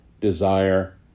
desire